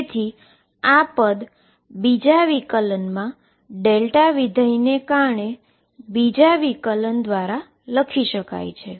તો આ પદમાં ડેલ્ટા ફંક્શન ને બીજા ઈન્ટીગ્રેશન દ્વારા લખી શકાય છે